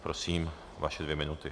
Prosím, vaše dvě minuty.